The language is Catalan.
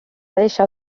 deixar